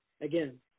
Again